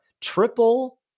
triple